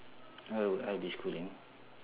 oh I be schooling